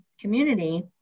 community